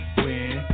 win